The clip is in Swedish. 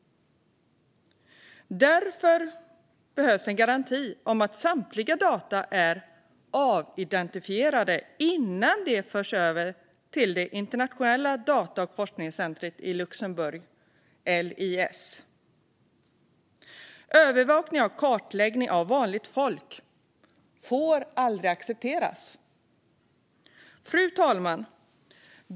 Därför behövs en garanti om att samtliga data är avidentifierade innan de förs över till det internationella data och forskningscentrumet i Luxemburg, LIS. Övervakning och kartläggning av vanligt folk får aldrig accepteras. Fru talman!